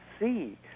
see